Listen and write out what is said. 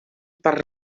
per